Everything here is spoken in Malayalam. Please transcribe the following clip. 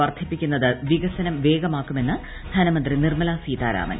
വർദ്ധിപ്പിക്കുന്നത് വികസനം പ്രേഗ്മാക്കുമെന്ന് ധനമന്ത്രി നിർമ്മല സീതാരാമൻ